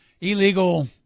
illegal